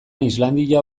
islandia